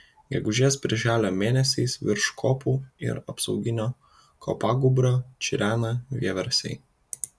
gegužės birželio mėnesiais virš kopų ir apsauginio kopagūbrio čirena vieversiai